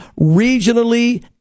regionally